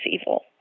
evil